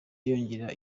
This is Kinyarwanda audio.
yongera